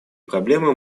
проблемы